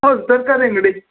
ಹೌದು ತರಕಾರಿ ಅಂಗಡಿ